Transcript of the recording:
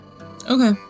okay